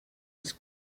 was